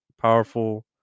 powerful